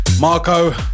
Marco